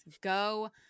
Go